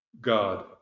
God